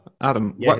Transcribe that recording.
Adam